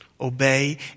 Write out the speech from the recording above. Obey